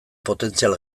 potentzial